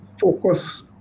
focus